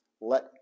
Let